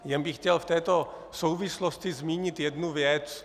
Jen bych chtěl v této souvislosti zmínit jednu věc.